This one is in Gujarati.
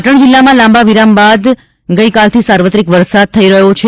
પાટણ જિલ્લામાં લાંબા વિરામ બાદ ગઇકાલથી સાર્વત્રિક વરસાદ થયો છે